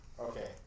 Okay